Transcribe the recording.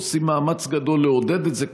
עושים מאמץ גדול לעודד את זה,